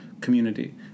community